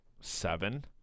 seven